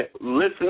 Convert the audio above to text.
listen